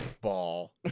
ball